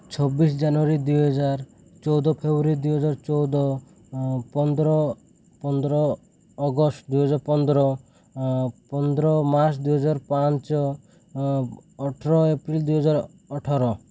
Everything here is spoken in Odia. ଛବିଶ ଜାନୁଆରୀ ଦୁଇ ହଜାର ଚଉଦ ଫେବୃଆରୀ ଦୁଇ ହଜାର ଚଉଦ ପନ୍ଦର ପନ୍ଦର ଅଗଷ୍ଟ ଦୁଇ ହଜାର ପନ୍ଦର ପନ୍ଦର ମାର୍ଚ୍ଚ୍ ଦୁଇ ହଜାର ପାଞ୍ଚ ଅଠର ଏପ୍ରିଲ୍ ଦୁଇ ହଜାର ଅଠର